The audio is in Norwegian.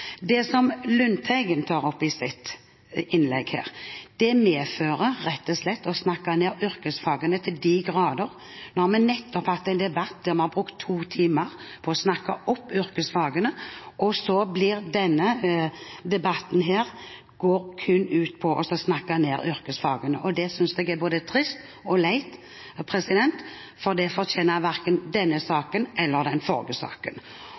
sitt innlegg, er rett og slett å snakke ned yrkesfagene, til de grader. Nå har vi nettopp hatt en debatt der vi har brukt to timer på å snakke opp yrkesfagene, og så går denne debatten kun ut på å snakke ned yrkesfagene. Det synes jeg er både trist og leit, for det fortjener verken denne saken eller den forrige saken.